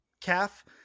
calf